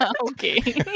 okay